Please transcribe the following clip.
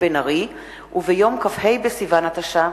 עוד אודיעכם, כי ביום כ' בסיוון התש"ע,